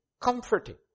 comforting